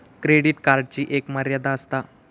credit कार्डची एक मर्यादा आसता